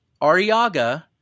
Ariaga